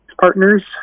partners